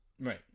Right